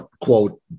quote